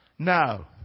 No